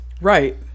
Right